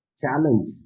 challenge